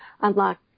unlock